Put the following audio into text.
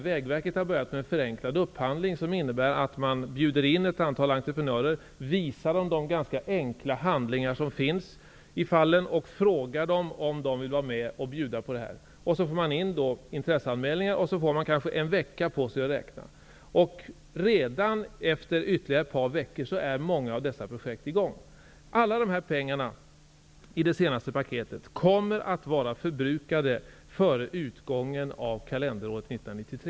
Vägverket har börjat med en förenklad upphandling som innebär att man bjuder in ett antal entreprenörer, visar dem de ganska enkla handlingar som finns och frågar om de vill vara med och lämna anbud. Sedan har Vägverket kanske en vecka på sig att räkna på anbuden i intresseanmälningarna. Redan efter ytterligare ett par veckor kan dessa projekt vara i gång. Pengarna i det senaste paketet kommer att vara förbrukade före utgången av kalenderåret 1993.